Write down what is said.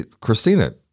Christina